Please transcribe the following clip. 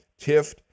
Tift